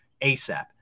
ASAP